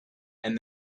and